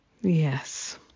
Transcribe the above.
Yes